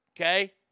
okay